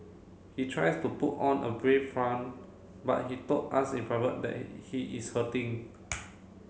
he tries to put on a brave front but he told us in private that he is hurting